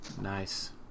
Nice